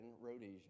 Rhodesia